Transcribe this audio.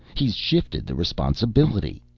he's shifted the responsibility.